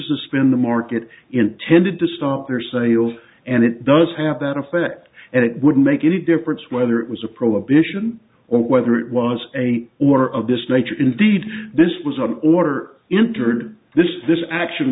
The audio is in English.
suspend the market intended to stop their sales and it does have that effect and it wouldn't make any difference whether it was a prohibition or whether it was a war of this nature or indeed this was an order entered this this action